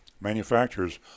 Manufacturers